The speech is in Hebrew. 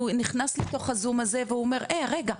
הוא נכנס לתוך הזום הזה והוא אומר: 'היי רגע,